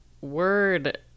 word